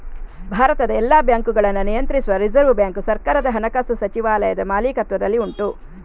ಭಾರತದ ಎಲ್ಲ ಬ್ಯಾಂಕುಗಳನ್ನ ನಿಯಂತ್ರಿಸುವ ರಿಸರ್ವ್ ಬ್ಯಾಂಕು ಸರ್ಕಾರದ ಹಣಕಾಸು ಸಚಿವಾಲಯದ ಮಾಲೀಕತ್ವದಲ್ಲಿ ಉಂಟು